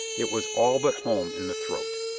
it was all but home in the throat.